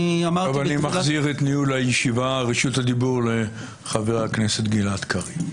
עכשיו אני מחזיר את ניהול הישיבה ורשות הדיבור לחבר הכנסת גלעד קריב.